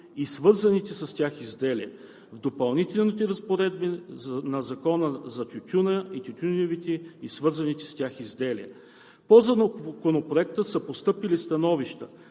и свързаните с тях изделия“ в Допълнителните разпоредби на Закона за тютюна, тютюневите и свързаните с тях изделия. По Законопроекта са постъпили становища